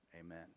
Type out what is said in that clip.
Amen